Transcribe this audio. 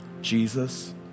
Jesus